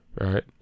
right